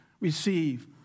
receive